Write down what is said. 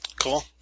cool